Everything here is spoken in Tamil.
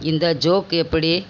இந்த ஜோக் எப்படி